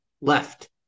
left